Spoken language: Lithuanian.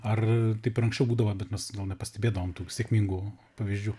ar taip anksčiau būdavo bet mes nepastebėdavom tų sėkmingų pavyzdžių